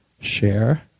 share